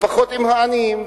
ופחות עם העניים,